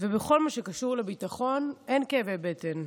ובכל מה שקשור לביטחון, אין כאבי בטן.